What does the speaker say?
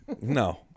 No